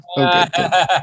Okay